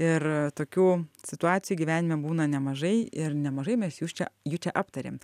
ir tokių situacijų gyvenime būna nemažai ir nemažai mes jus čia jų čia aptarėm